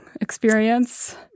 experience